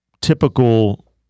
typical